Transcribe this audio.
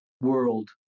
world